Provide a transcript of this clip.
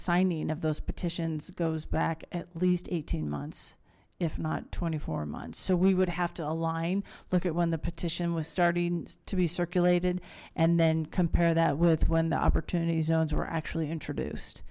signing of those petitions goes back at least eighteen months if not twenty four months so we would have to align look at when the petition was starting to be circulated and then compare that with when the opportunity zones were actually introduced